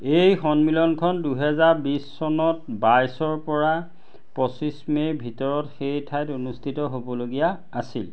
এই সন্মিলনখন দুহেজাৰ বিছ চনত বাইছৰপৰা পঁচিছ মে'ৰ ভিতৰত সেই ঠাইত অনুষ্ঠিত হ'বলগীয়া আছিল